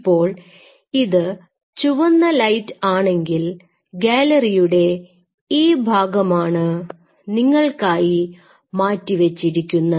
ഇപ്പോൾ ഇത് ചുവന്ന ലൈറ്റ് ആണെങ്കിൽ ഗാലറിയുടെ ഈ ഭാഗമാണ് നിങ്ങൾക്കായി മാറ്റി വെച്ചിരിക്കുന്നത്